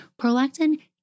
Prolactin